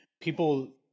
people